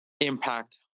impact